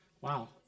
Wow